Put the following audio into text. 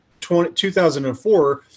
2004